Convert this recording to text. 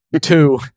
Two